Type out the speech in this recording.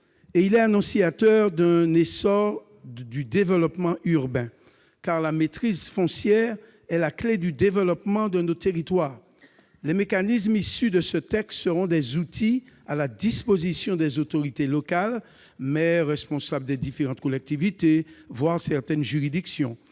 Il est annonciateur d'un essor du développement urbain. Car la maîtrise foncière est la clé du développement de nos territoires. Les mécanismes issus de ce texte seront des outils à la disposition des autorités locales- maires, responsables des différentes collectivités, voire certaines juridictions